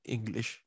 English